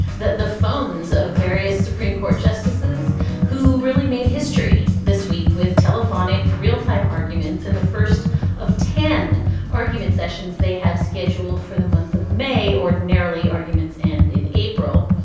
the the phones of various supreme court justices who really made history this week with telephonic real-time arguments in the first of ten arguments sessions they have scheduled for the month of may ordinarily, arguments end and in april.